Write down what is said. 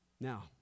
Now